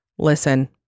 listen